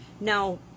Now